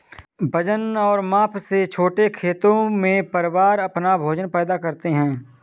वजन और माप से छोटे खेतों में, परिवार अपना भोजन पैदा करते है